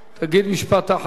תגיד משפט אחרון.